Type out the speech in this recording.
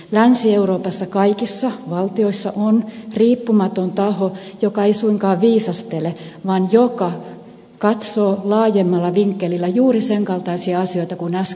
länsi euroopassa kaikissa valtioissa on riippumaton taho joka ei suinkaan viisastele vaan joka katsoo laajemmalla vinkkelillä juuri sen kaltaisia asioita kuin äsken kerroin